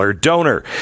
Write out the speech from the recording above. donor